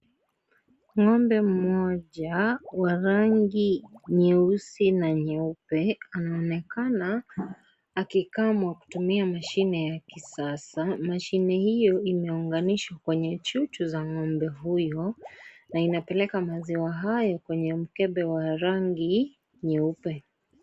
Ngombe mmoja wa rangi nyeusi na nyeupe anaonekana akikamwa kutumia mashine ya kisasa, mashine hiyo imeunganishwa kwenye chuchu za ngombe huyo na inapeleka maziwa hayo kwenye mkebe wa rangi nyeupe.